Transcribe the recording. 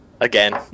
again